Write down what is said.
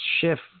shift